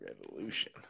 Revolution